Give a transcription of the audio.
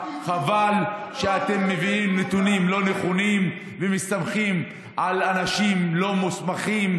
חבל שאתם מביאים נתונים לא נכונים ומסתמכים על אנשים לא מוסמכים.